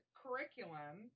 curriculum